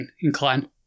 inclined